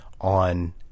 on